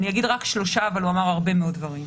אני אגיד רק שלושה אבל הוא אמר הרבה מאוד דברים: